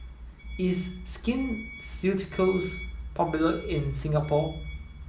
is Skin Ceuticals popular in Singapore